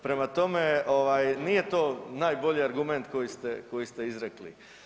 Prema tome, nije to najbolji argument koji ste izrekli.